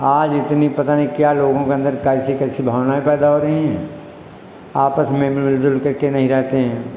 आज इतनी पता नई क्या लोगों के अंदर कैसी कैसी भावनाएं पैदा हो रही हैं आपस में मिल जुल करके नहीं रहते हैं